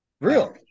Real